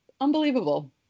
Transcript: unbelievable